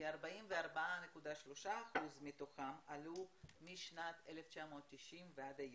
כ-44.3 אחוזים מתוכם עלו משנת 1990 ועד היום.